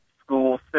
school